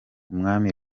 umwami